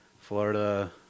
Florida